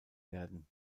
werden